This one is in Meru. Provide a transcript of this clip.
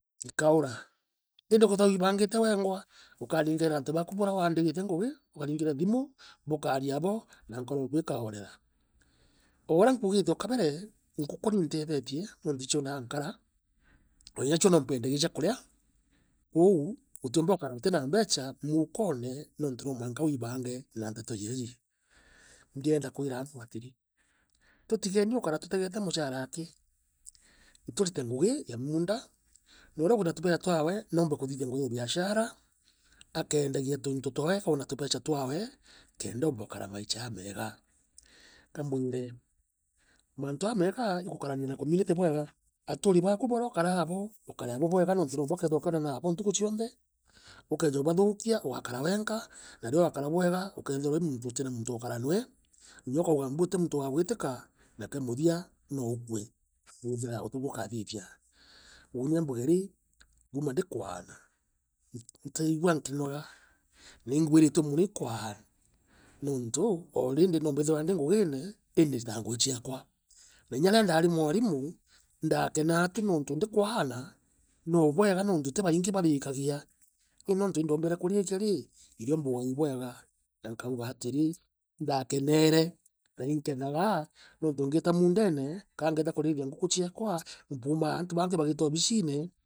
Gikaura indi ukethia wiibangite weenguka ukaringaira antu batu baria waandikite ngugi ukabaringira thimu bukaaria abo na nkoro eku ikaorera o area nkuugite o kabere nguku niititethatie nontu icianaa nkara na inya ao impenagia ca kurea kwou utiumba ukara utina mbecha muukone nontu no mwanka wiibange na teto jeeji ndienda kwira antu atiri tutigeni ukara tutegeete muchara aki iturite ngugi ya muunda noorea tubeecha twaawe kenda eemba gukara maisha jameega kambwire maantu meega igukariia na community bwega aaturi baaku baria ukaraa ako ukare abo bwega nontu nao ukethira ukionanaa nabo ntuku cionthe ukeeja ubathukia waakora wenka na ria wakara bwega ukeethirwa utina muuntu wa ukara noe inya ukanga mbuu uti muuntu waagwitika na kia muthia nookue ikwithira utiiu ukathithia uuni ambuge rii kuuma ndikwaana ntaigua nkinoga na ingwisitue mono i kwaara nontu oredy no mbithairwa ndi nguine indi mbitaa ngugi ciakwa na iya riria ndaari mwarimu ndakeena ti nientu ndikwaana no bwega nuntu ti baingi barikagia i ni nontu indoombire kurikia rii iro mbugaa ibwega na nkauga atiri indaakenere na inkenaga nontu ngiite muundene ka ngeeta kurithira nguku ciakwa mbumaa antu baangi bagiita obicine.